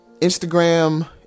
Instagram